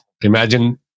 imagine